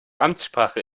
amtssprache